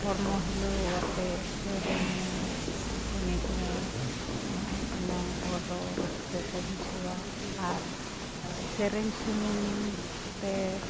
ᱦᱚᱲᱢᱚ ᱦᱤᱞᱟᱹᱣ ᱟᱛᱮᱫ ᱥᱮᱨᱮᱧ ᱢᱮ ᱮᱱᱮᱡ ᱢᱮ ᱮᱱᱼᱮᱱᱟᱝ ᱦᱚᱲᱫᱚ ᱨᱟᱹᱥᱠᱟᱹ ᱠᱚ ᱵᱩᱡᱷᱟᱹᱣᱟ ᱟᱨ ᱥᱮᱨᱮᱧ ᱥᱩᱢᱩᱝ ᱛᱮ